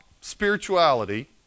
spirituality